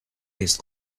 his